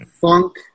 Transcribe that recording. funk